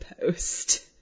post